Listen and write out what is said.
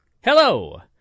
Hello